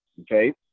okay